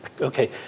okay